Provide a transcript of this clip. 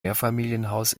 mehrfamilienhaus